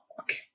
Okay